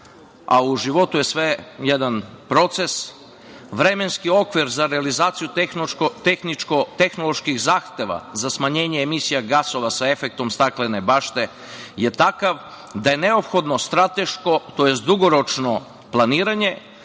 a u životu je sve jedan proces, vremenski okvir za realizaciju tehničko-tehnoloških zahteva za smanjenje emisije gasova sa efektom staklene bašte je takav da je neophodno strateško tj. dugoročno planiranje